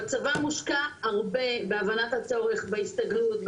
בצבא מושקע הרבה בהבנת הצורך בהסתגלות,